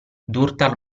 durtar